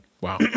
wow